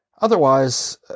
Otherwise